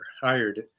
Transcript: hired